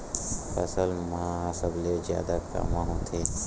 फसल मा सबले जादा कामा होथे?